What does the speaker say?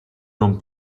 non